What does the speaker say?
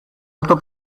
auto